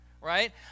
right